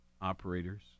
operators